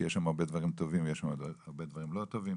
כי יש שם הרבה דברים טובים והרבה דברים לא טובים,